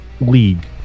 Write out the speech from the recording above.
league